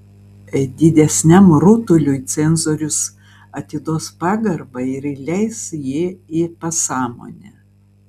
didesniam rutuliui cenzorius atiduos pagarbą ir įleis jį į pasąmonę